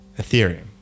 Ethereum